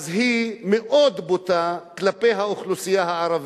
היא מאוד בוטה כלפי האוכלוסייה הערבית.